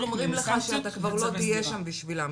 אומרים לך שאתה כבר לא תהיה שם בשבילם,